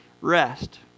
rest